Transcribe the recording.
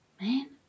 man